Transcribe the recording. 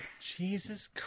Jesus